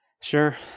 Sure